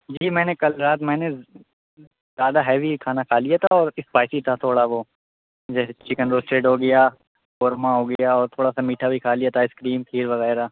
جی میں نے کل رات میں نے زیادہ ہیوی کھانا کھا لیا تھا اور اسپائسی تھا تھوڑا وہ جیسے چکن روسٹیڈ ہو گیا قورمہ ہو گیا اور تھوڑا سا میٹھا بھی کھا لیا تھا آئس کریم کھیر وغیرہ